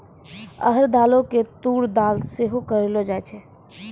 अरहर दालो के तूर दाल सेहो कहलो जाय छै